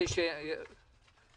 יש פה בעיות יותר קשות.